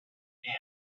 anne